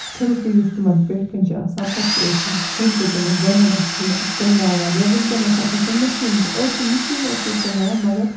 چھِلکہٕ یُس تِمن پٮ۪ٹھۍ کِنۍ چھُ آسان پَتہٕ چھِ أسۍ سُہ چھَلکہٕ تِمن زَنٮ۪ن اَتھِ تُلناوان یا ؤنکیٚس ہسا چھِ میشیٖن تہِ أڑۍ چھِ مِشیٖنیو سۭتۍ تُلناوان مَگر